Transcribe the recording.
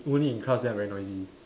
only in class then I very noisy